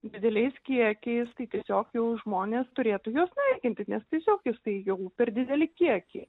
dideliais kiekiais tai tiesiog jau žmonės turėtų juos naikinti nes tiesiog jisai jau per dideli kiekiai